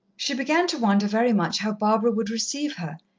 she began to wonder very much how barbara would receive her,